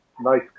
nice